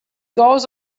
goes